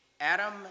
Adam